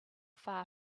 far